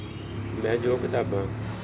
ਮੈਂ ਜੋ ਕਿਤਾਬਾਂ